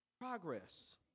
Progress